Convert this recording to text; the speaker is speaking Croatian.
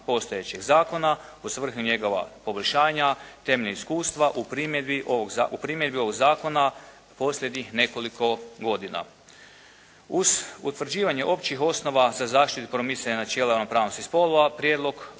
postojećeg zakona u svrhu njegova poboljšanja temelju iskustva u primjedbi, u primjedbi ovog zakona posljednjih nekoliko godina. Uz utvrđivanje općih osnova za zaštitu i promicanje načela ravnopravnosti spolova prijedlog